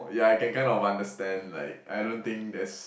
yeah I can kind of understand like I don't think there's